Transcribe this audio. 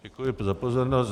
Děkuji za pozornost.